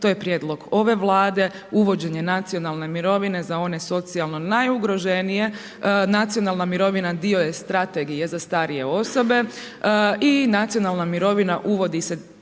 To je prijedlog ove Vlade, uvođenje nacionalne mirovine za one socijalno najugroženije. Nacionalna mirovina dio je strategije za starije osobe i nacionalna mirovina uvodi se